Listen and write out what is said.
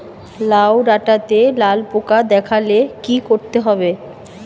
লাউ ডাটাতে লাল পোকা দেখালে কি করতে হবে?